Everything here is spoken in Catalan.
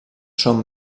són